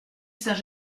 saint